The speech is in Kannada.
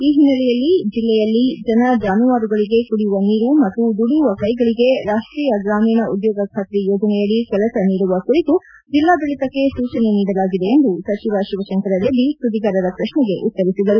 ಈ ಹಿನ್ನೆಲೆಯಲ್ಲಿ ಜೆಲ್ಲೆಯಲ್ಲಿ ಜನ ಜಾನುವಾರುಗಳಿಗೆ ಕುಡಿಯುವ ನೀರು ಮತ್ತು ದುಡಿಯುವ ಕೈಗಳಿಗೆ ರಾಷ್ಷೀಯ ಗ್ರಾಮೀಣ ಉದ್ಯೋಗ ಖಾತ್ರಿ ಯೋಜನೆಯಡಿ ಸಮರ್ಪಕ ಕೆಲಸ ನೀಡುವ ಕುರಿತು ಜಿಲ್ಲಾಡಳಿತಕ್ಕೆ ಸೂಚನೆ ನೀಡಲಾಗಿದೆ ಎಂದು ಸಚಿವ ಶಿವಶಂಕರ ರೆಡ್ಡಿ ಸುದ್ದಿಗಾರರ ಪ್ರಶ್ನೆಗೆ ಉತ್ತರಿಸಿದರು